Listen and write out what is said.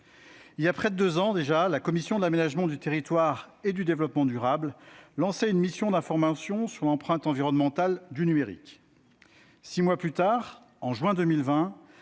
Voilà près de deux ans, déjà, la commission de l'aménagement du territoire et du développement durable lançait une mission d'information sur l'empreinte environnementale du numérique. Six mois plus tard, en juin 2020,